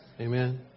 Amen